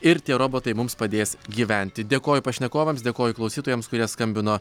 ir tie robotai mums padės gyventi dėkoju pašnekovams dėkoju klausytojams kurie skambino